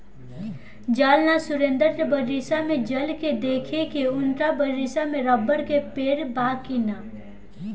चल ना सुरेंद्र के बगीचा में चल के देखेके की उनका बगीचा में रबड़ के पेड़ बा की ना